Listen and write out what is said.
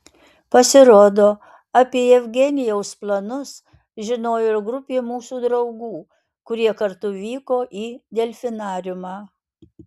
pasirodo apie jevgenijaus planus žinojo ir grupė mūsų draugų kurie kartu vyko į delfinariumą